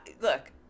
look